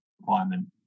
requirement